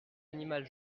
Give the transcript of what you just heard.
animal